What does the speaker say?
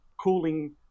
cooling